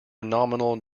nominal